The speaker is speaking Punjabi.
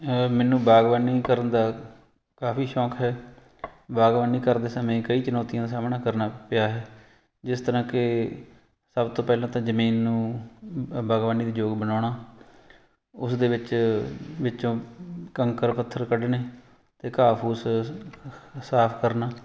ਮੈਨੂੰ ਬਾਗਵਾਨੀ ਕਰਨ ਦਾ ਕਾਫੀ ਸ਼ੌਂਕ ਹੈ ਬਾਗਾਬਾਨੀ ਕਰਦੇ ਸਮੇਂ ਕਈ ਚੁਣੌਤੀਆਂ ਦਾ ਸਾਹਮਣਾ ਕਰਨਾ ਪਿਆ ਹੈ ਜਿਸ ਤਰ੍ਹਾਂ ਕਿ ਸਭ ਤੋਂ ਪਹਿਲਾਂ ਤਾਂ ਜਮੀਨ ਨੂੰ ਬਾਗਵਾਨੀ ਦੇ ਯੋਗ ਬਣਾਉਣਾ ਉਸ ਦੇ ਵਿੱਚ ਵਿੱਚੋਂ ਕੰਕਰ ਪੱਥਰ ਕੱਢਣੇ ਅਤੇ ਘਾਹ ਫੂਸ ਸਾਫ ਕਰਨਾ